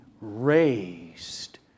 raised